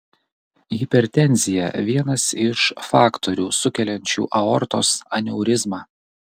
hipertenzija vienas iš faktorių sukeliančių aortos aneurizmą